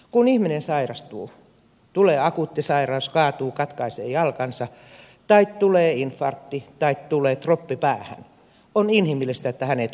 kun ihminen sairastuu kun tulee akuutti sairaus kaatuu katkaisee jalkansa tai tulee infarkti tai tulee trombi päähän on inhimillistä että hänet hoidetaan